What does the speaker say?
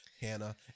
Hannah